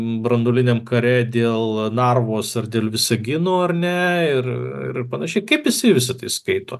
branduoliniame kare dėl narvos ar dėl visagino ar ne ir ir panašiai kaip jisai visa tai skaito